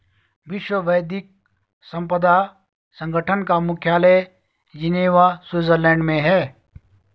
विश्व बौद्धिक संपदा संगठन का मुख्यालय जिनेवा स्विट्जरलैंड में है